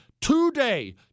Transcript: Today